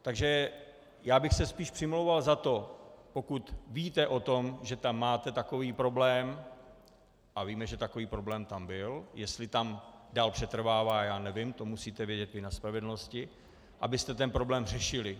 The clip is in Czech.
Takže já bych se spíš přimlouval za to, pokud víte o tom, že tam máte takový problém, a víme, že takový problém tam byl, jestli tam dál přetrvává, já nevím, to musíte vědět vy na spravedlnosti, abyste ten problém řešili.